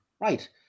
Right